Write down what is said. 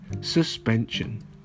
suspension